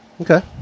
Okay